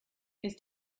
ist